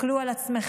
תסתכלו על עצמכם.